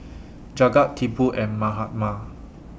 Jagat Tipu and Mahatma